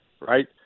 Right